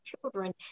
children